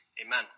Amen